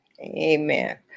Amen